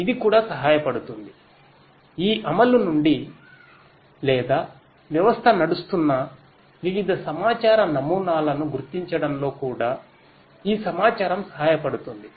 ఇది కూడా సహాయపడుతుంది ఈ అమలు నుండి లేదా వ్యవస్థ నడుస్తున్న వివిధ సమాచార నమూనాలను గుర్తించడంలో కూడా ఈ సమాచారం సహాయపడుతుంది